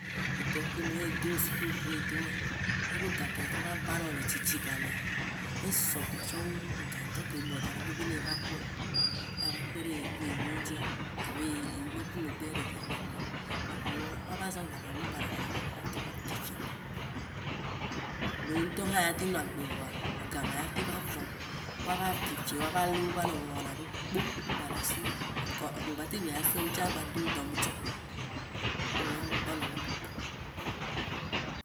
Edɔ ke me ye edo woa, sukulu ke ye edo woa, yebe ga ke atrɔ va nɔ tsitsi gamea, esɔ gbɔ tsɔ wu ega ŋtɔ ke ebɔ daɖe be ne yi va kua, ya va kpe ɖe ye ku ye viwo ŋtia, alo yi be ku megbea, ɖeviawo ava ɖuia, eviwowoa, woava zã ega ma be baɖa, baɖa kaka woatrɔ va fĩfi gbɔ. Ɖewo wò ŋtɔ hã atem anɔ agbe voa, ega ma ya tem va vɔ. Woava fĩfi woa le va nɔ voa wɔna ɖekpo mgba le asiwo. Mgba teŋ gba dza sẽ ŋu tsã agba de wo dɔ me tsã o. Nye me kpɔ nenema kpɔ